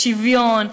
שוויון,